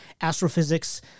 astrophysics